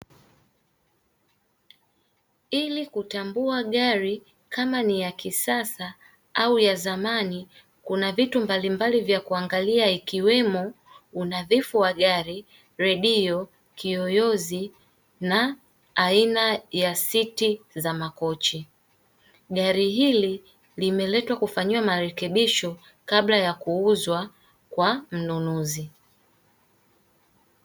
Ili kutambua gari kama ni ya kisasa au ya zamani Kuna vitu mbalimbali vya kuangalia ikiwemo: unadhifu wa gari, redio, kiyoyozi na aina ya siti za makochi. Gari hili limeletwa kufanyiwa marekebisho kabla yakuuzwa kwa mnunuzi.